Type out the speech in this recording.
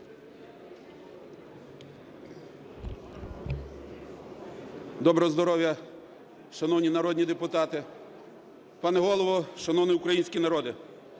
Доброго здоров'я, шановні народні депутати! Пане Голово, шановний український народе!